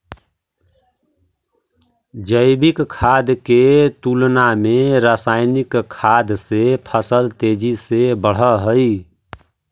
जैविक खाद के तुलना में रासायनिक खाद से फसल तेजी से बढ़ऽ हइ